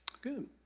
Good